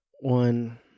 one